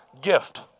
gift